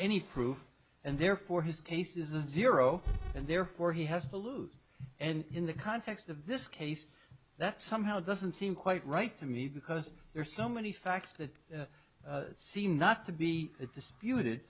any proof and therefore his case is zero and therefore he has to lose and in the context of this case that somehow doesn't seem quite right to me because there are so many facts that seem not to be disputed